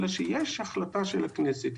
אלא שיש החלטה של הכנסת,